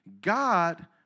God